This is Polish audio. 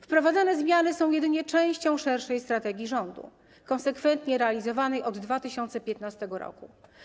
Wprowadzane zmiany są jedynie częścią szerszej strategii rządu, konsekwentnie realizowanej od 2015 r.